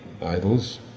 idols